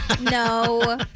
No